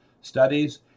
studies